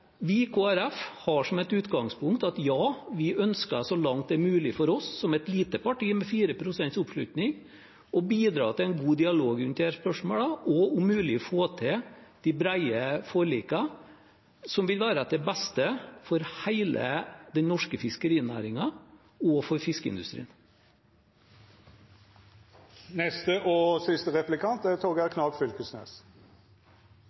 har som utgangspunkt at ja, vi ønsker så langt det er mulig for oss – som et lite parti, med 4 pst. oppslutning – å bidra til en god dialog om disse spørsmålene og om mulig få til de brede forlikene som vil være til beste for hele den norske fiskerinæringen og for